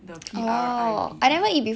the P R I V E